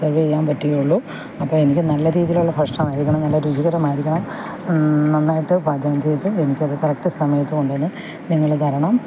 serve ചെയ്യാൻ പറ്റുകയുള്ളൂ അപ്പോൾ എനിക്ക് നല്ല രീതിയിലുള്ള ഭക്ഷണമായിരിക്കണം നല്ല രുചികരമായിരിക്കണം നന്നായിട്ട് പാചകം ചെയ്ത് എനിക്കത് കറക്റ്റ് സമയത്ത് കൊണ്ടുവന്നു നിങ്ങള് തരണം